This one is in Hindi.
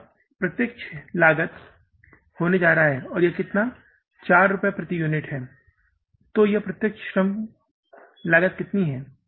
यह प्रत्यक्ष सामग्री लागत होने जा रही है यह कितना है 4 रुपये प्रति यूनिट है तो क्या प्रत्यक्ष श्रम लागत कितनी है